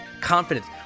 confidence